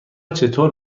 چطور